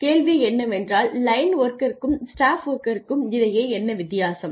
கேள்வி என்னவென்றால் லைன் வொர்க்கருக்கும் ஸ்டாஃப் வொர்க்கருக்கும் இடையே என்ன வித்தியாசம்